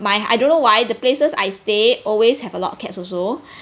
my I don't know why the places I stay always have a lot of cats also